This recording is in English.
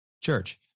church